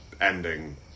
ending